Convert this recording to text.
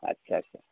আচ্ছা আচ্ছা